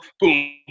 Boom